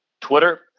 Twitter